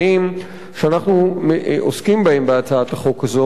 שאנחנו עוסקים בהם בהצעת החוק הזאת.